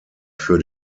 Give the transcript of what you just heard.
für